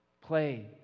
Play